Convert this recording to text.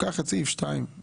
קח את סעיף 1(2)